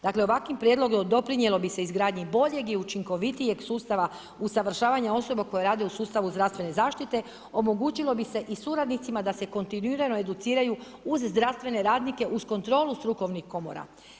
Dakle, ovakvim prijedlogom doprinijelo bi se izgradnji boljeg i učinkovitijeg sustava usavršavanja osoba koje rade u sustavu zdravstvene zaštite omogućilo bi se i suradnicima da se kontinuirano educiraju uz zdravstvene radnike, uz kontrolu strukovnih komora.